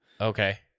Okay